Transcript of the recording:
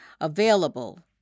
available